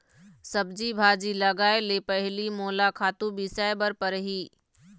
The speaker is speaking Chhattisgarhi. सब्जी भाजी लगाए ले पहिली मोला खातू बिसाय बर परही